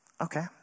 okay